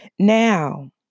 Now